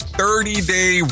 30-Day